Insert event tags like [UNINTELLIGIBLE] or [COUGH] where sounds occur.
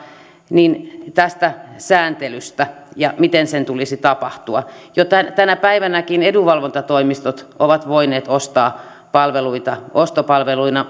on kysymys tästä sääntelystä ja siitä miten sen tulisi tapahtua jo tänä päivänäkin edunvalvontatoimistot ovat voineet ostaa palveluita ostopalveluina [UNINTELLIGIBLE]